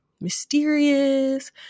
mysterious